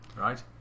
right